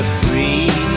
free